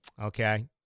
Okay